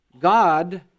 God